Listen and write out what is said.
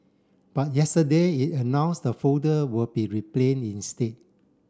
but yesterday it announce the folder will be reprint instead